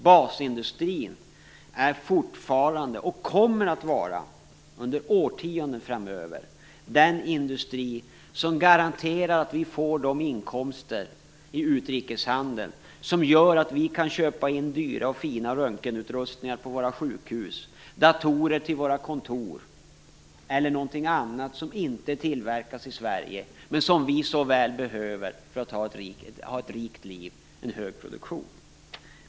Basindustrin är fortfarande, och kommer att vara under årtionden framöver, den industri som garanterar att vi får de inkomster i utrikeshandeln som gör att vi kan köpa in dyra och fina röntgenutrustningar på våra sjukhus, datorer till våra kontor eller någonting annat som inte tillverkas i Sverige men som vi så väl behöver för att ha ett rikt liv och en stor produktion.